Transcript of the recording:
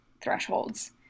thresholds